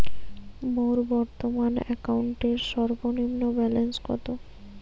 মোর বর্তমান অ্যাকাউন্টের সর্বনিম্ন ব্যালেন্স কত?